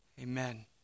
Amen